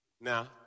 Now